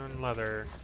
Leather